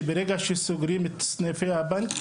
שברגע שסוגרים את סניפי הבנק,